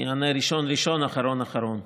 אני אענה ראשון, ראשון, אחרון, אחרון.